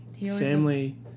family